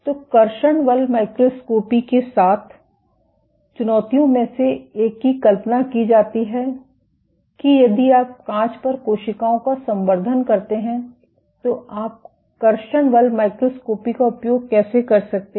तो कर्षण बल माइक्रोस्कोपी के साथ चुनौतियों में से एक की कल्पना की जाती है कि यदि आप कांच पर कोशिकाओं का संवर्धन करते हैं तो आप कर्षण बल माइक्रोस्कोपी का उपयोग कैसे कर सकते हैं